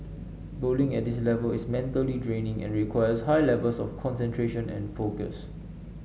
bowling at this level is mentally draining and requires high levels of concentration and focus